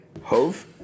Hove